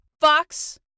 Fox